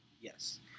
yes